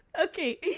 okay